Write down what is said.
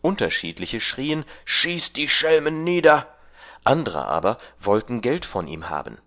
unterschiedliche schrieen schieß den schelmen nieder andere aber wollten geld von ihm haben